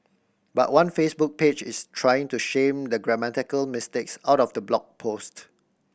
but one Facebook page is trying to shame the grammatical mistakes out of the blog post